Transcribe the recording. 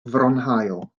fronhaul